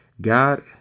God